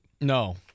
No